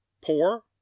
Poor